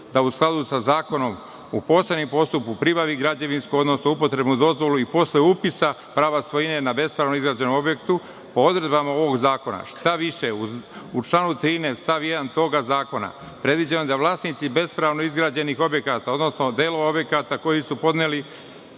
da u skladu sa zakonom u posebnom postupku pribavi građevinsku odnosno upotrebnu dozvolu i posle upisa prava svojine na bespravno izgrađenom objektu po odredbama ovog zakona. U članu 13. stav 1. tog zakona predviđeno je da vlasnici bespravno izgrađenih objekta, odnosno delova objekata na koji su podneli